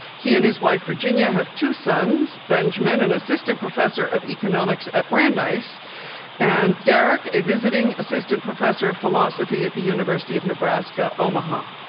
he and his wife, virginia, have two sons benjamin, an and assistant professor of economics at brandeis and derek, a visiting assistant professor of philosophy at the university of nebraska, omaha.